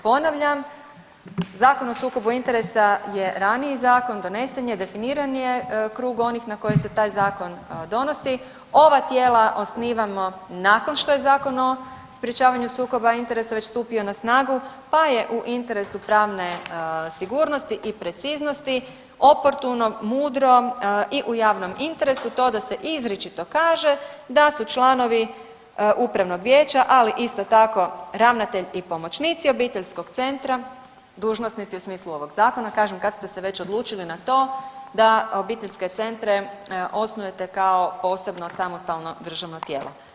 Ponavljam, Zakon o sukobu interesa je raniji zakon, donesen je, definiran je krug onih na koje se taj Zakon donosi, ova tijela osnivamo nakon što je Zakon o sprječavanju sukoba interesa već stupio na snagu pa je u interesu pravne sigurnosti i preciznosti oportuno, mudro i u javnom interesu to da se izričito kaže da su članovi upravnog vijeća, ali isto tako ravnatelj i pomoćnici obiteljskog centra, dužnosnici u smislu ovog Zakona, kažem, kad ste se već odlučili na to da obiteljske centre osnujete kao posebno samostalno državno tijelo.